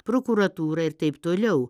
prokuratūrą ir taip toliau